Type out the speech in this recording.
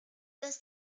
los